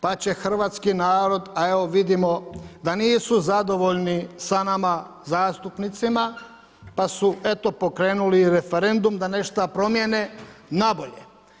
Pa će Hrvatski narod, a evo vidimo da nisu zadovoljni sa nama zastupnicima, pa su eto pokrenuli referendum da nešto promijene na bolje.